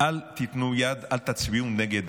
אל תיתנו יד, אל תצביעו נגד